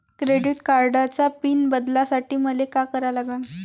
Credit कार्डाचा PIN बदलासाठी मले का करा लागन?